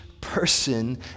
person